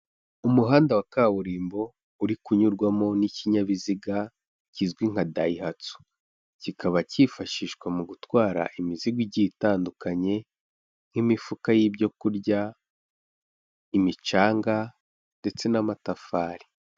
Umuhanda wa kaburimbo uri kunyurwamo n'ikinyabiziga kizwi nka dayihatso, kikaba cyifashishwa mu gutwara imizigo igiye itandukanye nk'imifuka y'ibyo kurya, imicanga ndetse n'amatafari.